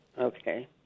Okay